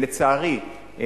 ולצערי,